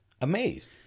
Amazed